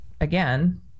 Again